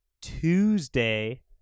Tuesday